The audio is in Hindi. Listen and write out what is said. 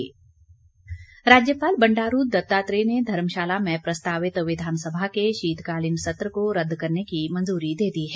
अधिसूचना राज्यपाल बंडारू दत्तात्रेय ने धर्मशाला में प्रस्तावित विधानसभा के शीतकालीन सत्र को रद्द करने को मंजूरी दे दी है